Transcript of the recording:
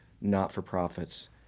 not-for-profits